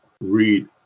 read